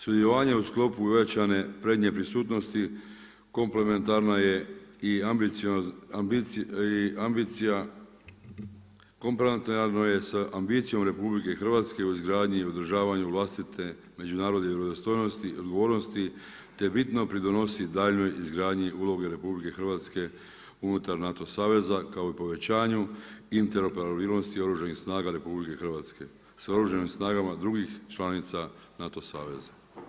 Sudjelovanje u sklopu uvećane prednje prisutnosti komplementarna je i ambicija, komplementarno je sa ambicijom RH o izgradnji i održavanju vlastite međunarodne vjerodostojnosti i dogovornosti te bitno pridonosi daljnjoj izgradnji uloge RH unutar NATO saveza kao i povećanju interoperabilnosti Oružanih snaga RH s oružanim snagama drugih članica NATO saveza.